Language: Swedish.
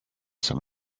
som